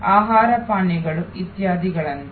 ಆಹಾರ ಪಾನೀಯಗಳು ಇತ್ಯಾದಿಗಳಂತೆ